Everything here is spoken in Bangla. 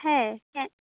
হ্যাঁ হ্যাঁ